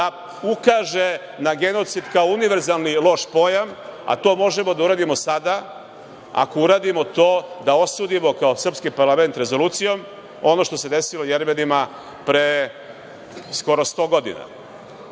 da ukaže na genocid kao univerzalni loš pojam, a to možemo da uradimo sada ako uradimo to da osudimo kao srpski parlament rezolucijom ono što se desilo Jermenima pre skoro 100 godina.